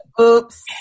oops